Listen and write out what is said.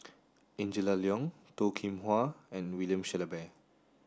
Angela Liong Toh Kim Hwa and William Shellabear